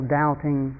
doubting